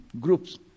groups